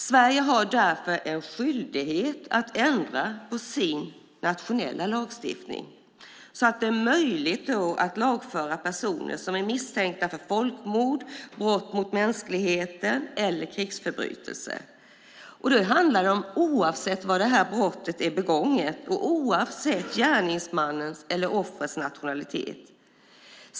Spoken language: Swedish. Sverige har därför en skyldighet att ändra sin nationella lagstiftning, så att det blir möjligt att lagföra personer som är misstänkta för folkmord, brott mot mänskligheten eller krigsförbrytelser, oavsett var brottet är begånget och oavsett gärningsmannens eller offrets nationalitet.